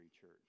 church